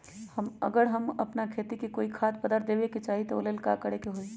अगर हम अपना खेती में कोइ खाद्य पदार्थ देबे के चाही त वो ला का करे के होई?